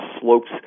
slopes